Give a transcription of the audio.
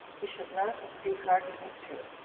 he should not be hearkened to,